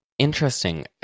Interesting